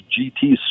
GT